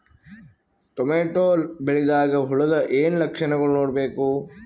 Tomato ಬೆಳಿದಾಗ್ ಹುಳದ ಏನ್ ಲಕ್ಷಣಗಳು ನೋಡ್ಬೇಕು?